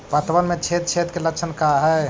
पतबन में छेद छेद के लक्षण का हइ?